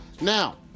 Now